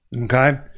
okay